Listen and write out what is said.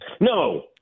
No